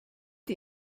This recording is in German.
die